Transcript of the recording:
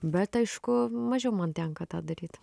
bet aišku mažiau man tenka tą daryt